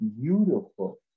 beautiful